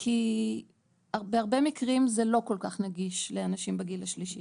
כי הרבה מקרים זה לא כל כך נגיש לאנשים בגיל השלישי